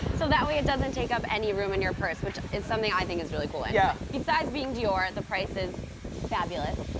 so that way it doesn't take up any room in your purse, which is something i think is really cool anyway. yeah besides being dior, the price is fabulous.